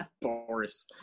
Boris